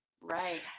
Right